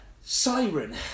Siren